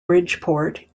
bridgeport